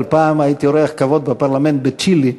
אבל פעם הייתי אורח כבוד בפרלמנט בצ'ילה,